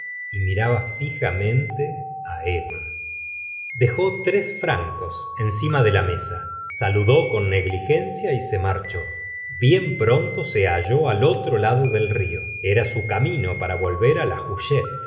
y miraba fijamente emma dejó tres francos encima de la mesa saludó con negligencia y se marchó bien pronto se halló al otro lado del río era su camino para volver la